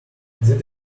that